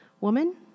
Woman